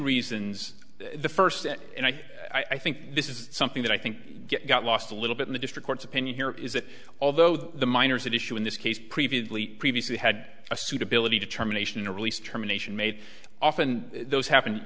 reasons the first and i think i think this is something that i think got lost a little bit in the district court's opinion here is that although the miners at issue in this case previously previously had a suitability determination a release germination made often those happen